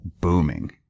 booming